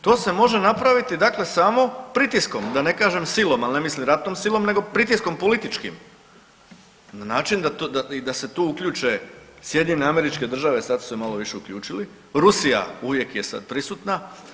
To se može napraviti dakle samo pritiskom, da ne kažem silom ali ne mislim ratnom silom nego pritiskom političkim na način i da se tu uključe SAD, sad su se malo više uključili, Rusija uvijek je sad prisutna.